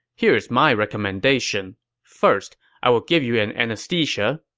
here is my recommendation first, i will give you an anesthesia.